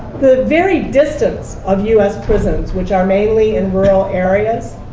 the very distance of us prisons, which are mainly in rural areas,